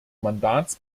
mandats